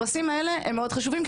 הפרסים האלה הם מאוד חשובים,